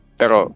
pero